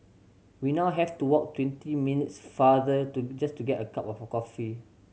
we now have to walk twenty minutes farther to just to get a cup of coffee